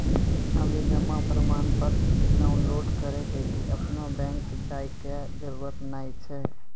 आबे जमा प्रमाणपत्र डाउनलोड करै लेली अपनो बैंक जाय के जरुरत नाय छै